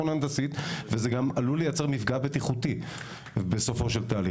הנדסית וזה גם עלול לייצר מפגע בטיחותי בסופו של תהליך,